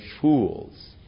fools